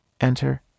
enter